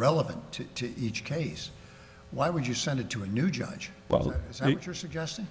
relevant to each case why would you send it to a new judge well as you're suggesting